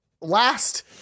Last